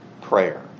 prayer